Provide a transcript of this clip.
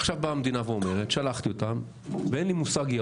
שרת ההתיישבות והמשימות הלאומיות אורית סטרוק: נכון.